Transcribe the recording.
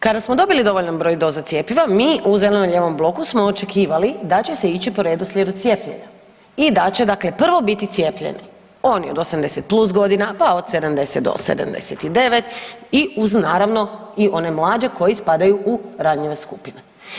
Kada smo dobili dovoljan broj doza cjepiva, mi u zeleno-lijevom bloku smo očekivali da će se ići po redoslijedu cijepljenja i da će dakle prvo biti cijepljenje oni od 80+ godina pa od 70 do 79 i uz naravno i one mlađe koji spadaju u ranjive skupine.